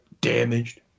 damaged